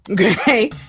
okay